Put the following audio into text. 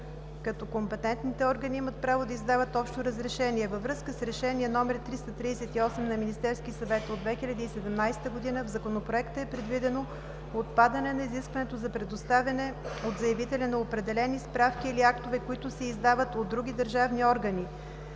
като компетентните органи имат право да издадат общо разрешение. Във връзка с Решение № 338 на Министерския съвет от 2017 г. в Законопроекта е предвидено отпадане на изискването за предоставяне от заявителя на определени справки или актове, които се издават от други държавни органи,